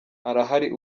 arahari